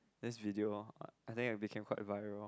this video I think I became quite viral